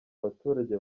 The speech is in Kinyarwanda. abaturage